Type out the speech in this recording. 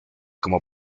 como